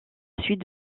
suite